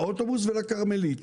לאוטובוס ולכרמלית.